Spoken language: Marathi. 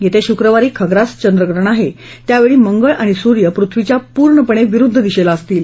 येत्या शुक्रवारी खग्रास चंद्रप्रहण आहे त्यावेळी मंगळ आणि सूर्य पृथ्वीच्या पूर्णपणे विरुद्ध दिशेला असतील